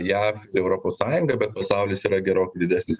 jav europos sąjunga bet pasaulis yra gerokai didesnis